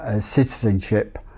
citizenship